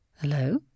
Hello